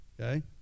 Okay